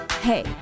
Hey